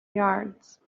yards